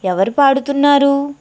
ఎవరు పాడుతున్నారు